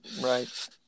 Right